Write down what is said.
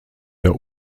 der